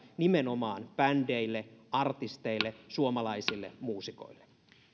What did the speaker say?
nimenomaan bändeille artisteille suomalaisille muusikoille